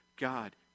God